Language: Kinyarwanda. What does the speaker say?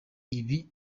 ibi